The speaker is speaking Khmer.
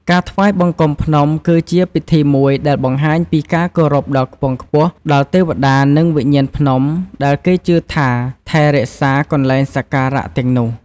ការថ្វាយបង្គំភ្នំ គឺជា ពិធីមួយ ដែលបង្ហាញពី ការគោរពដ៏ខ្ពង់ខ្ពស់ ដល់ ទេវតា និង វិញ្ញាណភ្នំ ដែលគេជឿថា ថែរក្សាកន្លែងសក្ការៈ ទាំងនោះ។